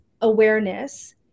awareness